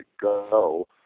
go